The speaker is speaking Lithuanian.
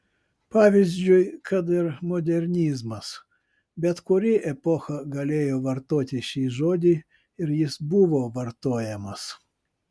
pavyzdžiui kad ir modernizmas bet kuri epocha galėjo vartoti šį žodį ir jis buvo vartojamas